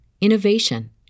innovation